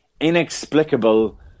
inexplicable